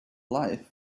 life